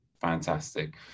fantastic